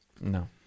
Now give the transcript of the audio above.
No